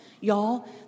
Y'all